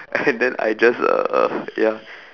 and then I just uh ya